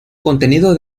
contenido